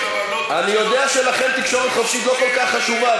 אני יודע שלכם תקשורת חופשית לא כל כך חשובה.